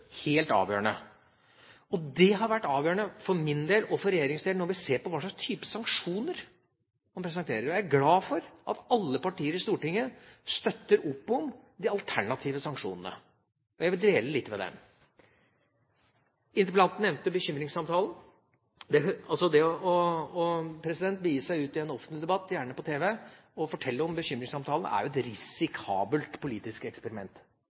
helt avgjørende. Det har vært avgjørende for min og regjeringas del når vi ser på hva slags type sanksjoner som presenteres. Jeg er glad for at alle partier i Stortinget støtter opp om de alternative sanksjonene. Jeg vil dvele litt ved det. Interpellanten nevnte bekymringssamtalen. Det å begi seg ut i en offentlig debatt, gjerne på tv, og fortelle om bekymringssamtalen, er et risikabelt politisk eksperiment.